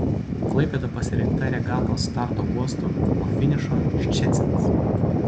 klaipėda pasirinkta regatos starto uostu o finišo ščecinas